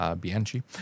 Bianchi